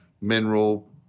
mineral